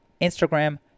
Instagram